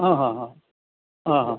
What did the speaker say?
অঁ হঁ হঁ অঁ অঁ